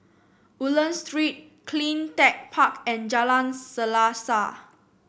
Woodlands Street Clean Tech Park and Jalan Selaseh